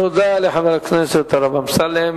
תודה לחבר הכנסת הרב אמסלם.